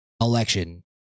election